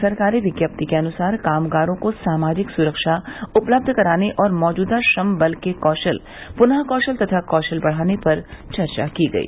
सरकारी विज्ञप्ति के अनुसार कामगारों को सामाजिक सुरक्षा उपलब्ध कराने और मौजूदा श्रम बल के कौशल पुनःकौशल तथा कौशल बढ़ाने पर चर्चा की गई